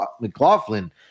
McLaughlin